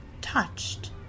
touched